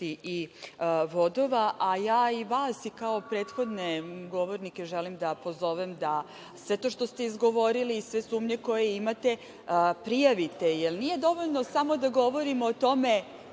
i vodova, a ja i vas kao i prethodne govornike želim da pozovem da sve to što ste izgovorili i sve sumnje koje imate prijavite, jer nije dovoljno samo da govorimo o tome